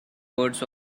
words